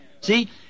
See